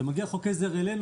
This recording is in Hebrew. כשמגיע חוק עזר אלינו,